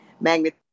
Magnet